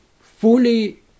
fully